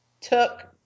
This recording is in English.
took